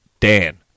Dan